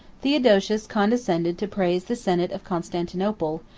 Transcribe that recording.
theodosius condescended to praise the senate of constantinople,